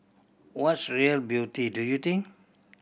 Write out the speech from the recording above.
what's real beauty do you think